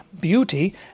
beauty